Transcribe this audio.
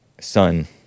son